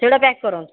ସେଇଟା ପ୍ୟାକ୍ କରନ୍ତୁ